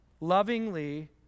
Lovingly